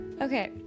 okay